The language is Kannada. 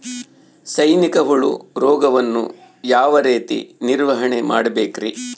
ಸೈನಿಕ ಹುಳು ರೋಗವನ್ನು ಯಾವ ರೇತಿ ನಿರ್ವಹಣೆ ಮಾಡಬೇಕ್ರಿ?